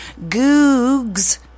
Googs